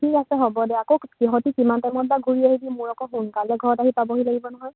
ঠিক আছে হ'ব দিয়া আকৌ সিহঁতে কিমান টাইমত বা ঘূৰি আহে মই আকৌ সোনকালে ঘৰত আহি পাবহি লাগিব নহয়